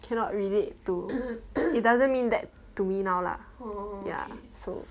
cannot relate to it doesn't mean that to me now lah ya so